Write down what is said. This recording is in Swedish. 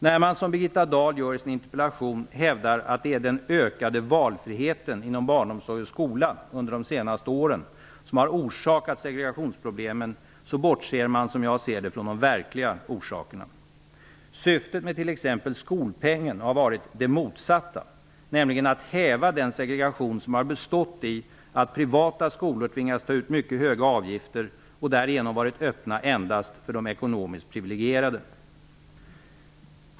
När man, som Birgitta Dahl gör i sin interpellation, hävdar att det är den ökade valfriheten inom barnomsorg och skola under de senaste åren som har orsakat segregationsproblemen bortser man, som jag ser det, från de verkliga orsakerna. Syftet med t.ex. skolpengen har varit det motsatta, nämligen att häva den segregation som har bestått i att privata skolor tvingats ta ut mycket höga avgifter och därigenom varit öppna endast för de ekonomiskt privilegierade.